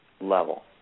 level